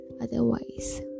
otherwise